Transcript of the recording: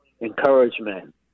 encouragement